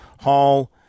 Hall